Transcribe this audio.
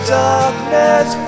darkness